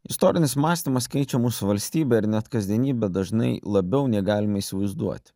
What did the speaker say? istorinis mąstymas keičia mūsų valstybę ar net kasdienybę dažnai labiau nei galime įsivaizduoti